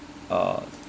uh